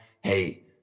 hey